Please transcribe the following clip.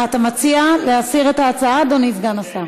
אתה מציע להסיר את ההצעה, אדוני סגן השר?